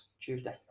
Tuesday